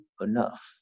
enough